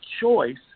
choice